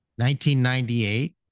1998